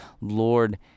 Lord